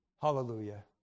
Hallelujah